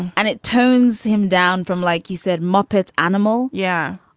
and it tones him down from like you said muppets animal. yeah.